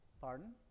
Pardon